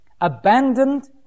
abandoned